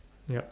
yup